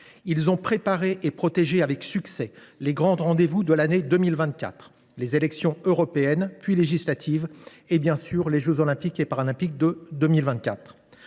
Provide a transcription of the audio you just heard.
Ils ont préparé et protégé avec succès les grands rendez vous de l’année 2024 : les élections européennes, puis législatives et, bien sûr, les jeux Olympiques et Paralympiques (JOP)